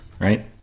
Right